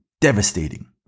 devastating